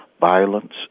violence